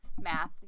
math